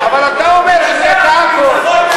אבל אתה אומר: הוא ידע הכול.